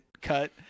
cut